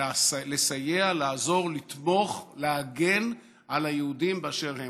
לסייע, לעזור, לתמוך ולהגן על היהודים באשר הם.